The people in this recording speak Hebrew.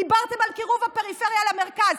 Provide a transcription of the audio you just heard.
דיברתם על קירוב הפריפריה למרכז.